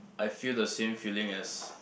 I feel the same feeling as